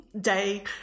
Day